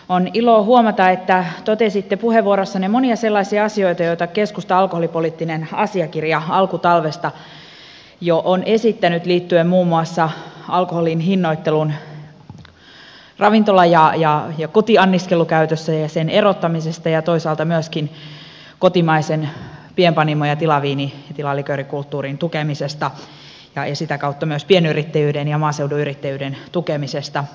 on ilo huomata että totesitte puheenvuorossanne monia sellaisia asioita joita keskustan alkoholipoliittinen asiakirja alkutalvesta jo on esittänyt liittyen muun maussa alkoholin hinnoitteluun ravintola ja kotianniskelukäytössä ja sen erottamiseen ja toisaalta myöskin kotimaisen pienpanimo ja tilaviini ja tilaliköörikulttuurin tukemiseen ja sitä kautta myös pienyrittäjyyden ja maaseudun yrittäjyyden tukemiseen